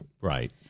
Right